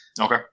Okay